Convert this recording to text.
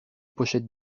pochettes